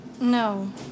No